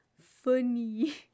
funny